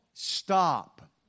Stop